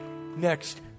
Next